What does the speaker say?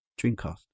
Dreamcast